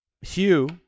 Hugh